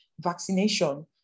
vaccination